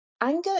anger